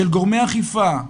של גורמי אכיפה,